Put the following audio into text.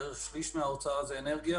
בערך שליש מההוצאה הוא אנרגיה